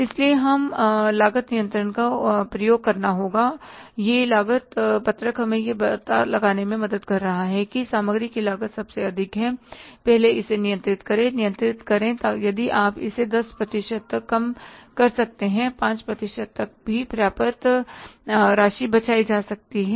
इसलिए हमें लागत नियंत्रण का प्रयोग करना होगा यह लागत पत्रक हमें यह पता लगाने में मदद कर रहा है कि सामग्री की लागत सबसे अधिक है पहले इसे नियंत्रित करें नियंत्रित करें यदि आप इसे 10 प्रतिशत तक कम कर सकते हैं 5 प्रतिशत तक भी पर्याप्त राशि बचाई जा सकती है